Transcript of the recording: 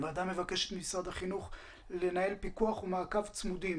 הוועדה מבקשת ממשרד החינוך לנהל פיקוח ומעקב צמודים